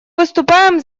выступаем